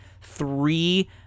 Three